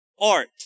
art